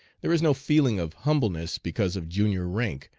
there is no feeling of humbleness because of junior rank,